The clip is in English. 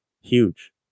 huge